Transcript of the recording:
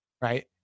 Right